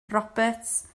roberts